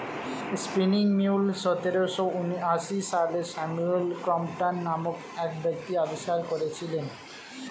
spinning mule সতেরোশো ঊনআশি সালে স্যামুয়েল ক্রম্পটন নামক এক ব্যক্তি আবিষ্কার করেছিলেন